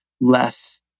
less